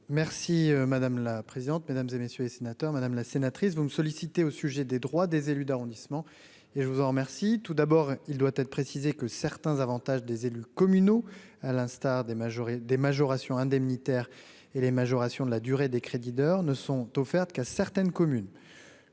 Merci madame la présidente, mesdames et messieurs les sénateurs, Madame la sénatrice, vous me solliciter au sujet des droits des élus d'arrondissement et je vous en remercie tout d'abord, il doit être précisé que certains avantages des élus communaux, à l'instar des majorités des majorations indemnitaire et les majoration de la durée des crédits d'heures ne sont offertes qu'à certaines communes